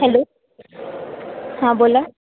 hello हां बोला